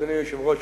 אדוני היושב-ראש,